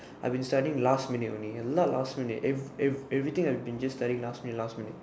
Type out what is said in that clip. I been study last minute only la~ last minute ev~ ev~ everything I been just study last minute last minute